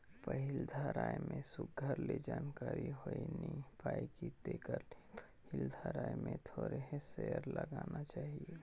पहिल धाएर में सुग्घर ले जानकारी होए नी पाए कि तेकर ले पहिल धाएर में थोरहें सेयर लगागा चाही